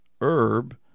herb